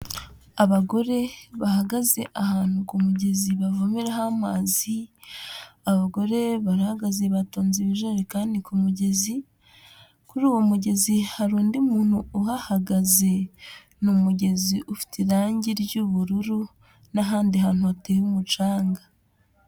Abagore bahagaze ahantu ku mugezi bavomeraho amazi, abagore barahagaze batonze ibijerekani ku mugezi. Kuri uwo mugezi hari undi muntu uhahagaze, ni umugezi ufite irangi ry'ubururu n'ahandi hantu hateye umucanga.